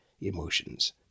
emotions